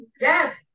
Yes